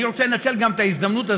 אני רוצה לנצל את ההזדמנות הזאת,